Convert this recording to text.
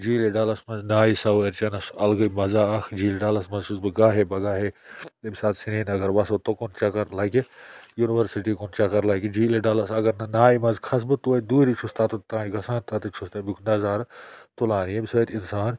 جیٖلہِ ڈَلَس منٛز نایہِ سَوٲرۍ چیٚنَس اَلگٕے مَزہ اَکھ جیٖلہِ ڈَلَس منٛز چھُس بہٕ گاہے بَگاہے ییمہِ ساتہٕ سریٖنَگر وَسو تُکُن چَکَر لَگہِ یُنورسِٹی کُن چَکَر لَگہِ جیٖلہِ ڈَلَس اگر نہٕ نایہِ منٛز کھَس بہٕ توتہِ دوٗری چھُس تَتِتھ تانۍ گژھان تَتِتھ چھُس تَمیُک نَظارٕ تُلان ییٚمہِ سۭتۍ اِنسان